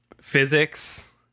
physics